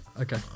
Okay